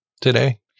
today